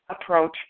approach